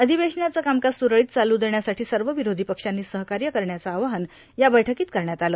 अपिवेशनाचं कामकाजे सुरळीत चालू देण्यासाठी सर्व विरोषी पक्षांनी सहकार्य करण्याचं आवाहन या वैठकीत करण्यात आलं